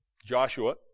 Joshua